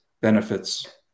benefits